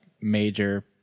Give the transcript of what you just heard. major